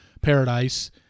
paradise